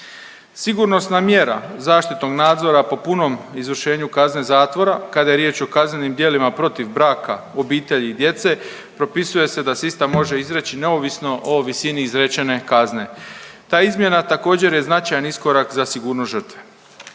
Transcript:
Sigurnosna mjera zaštitnog nadzora po punom izvršenju kazne zatvora kada je riječ o kaznenim djelima protiv braka, obitelji i djece propisuje se da se ista može izreći neovisno o visini izrečene kazne. Ta izmjena također je značajan iskorak za sigurnost žrtve.